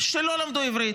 שלא למדו עברית,